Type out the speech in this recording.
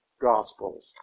Gospels